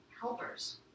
helpers